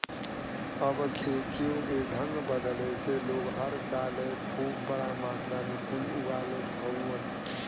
अब खेतियों के ढंग बदले से लोग हर साले खूब बड़ा मात्रा मे कुल उगा लेत हउवन